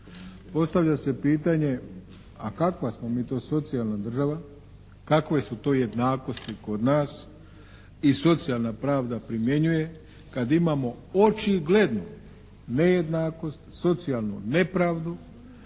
Postavlja se pitanje a kakva smo mi to socijalna država, kakve su to jednakosti kod nas i socijalna pravda primjenjuje kad imamo očigledno nejednakost, socijalnu nepravdu